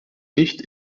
nicht